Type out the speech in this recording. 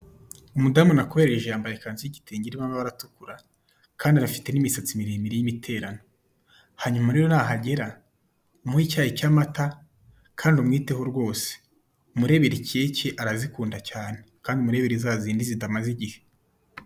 Umudamu nakoherereje yambaye ikanzu y'igitenge irimo amabara atukura kandi afite n'imisatsi miremire y'imiterano, hanyuma rero nahagera umuhe icyayi cy'amata kandi umwiteho rwose umurebere keke arazikunda cyane kandi umurebere zazindi zitamaze igihe.